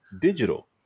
digital